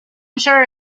sure